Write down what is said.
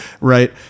Right